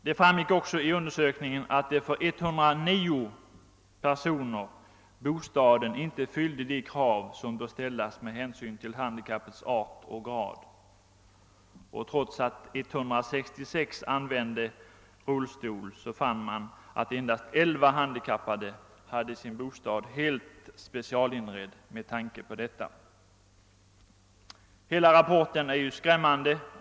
Det framgick också av undersökningen att bostaden för 129 personer inte fyllde de krav, som bör ställas med hänsyn till handikappets art och grad. Trots att 166 använde rullstol, fann man att endast 11 handikappade hade sin bostad helt specialinredd med tanke på detta. Hela rapporten är skrämmande.